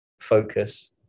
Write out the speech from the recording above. focus